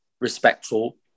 respectful